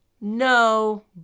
No